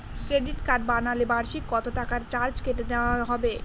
Credit card বানালে বার্ষিক কত টাকা চার্জ কেটে নেওয়া হবে?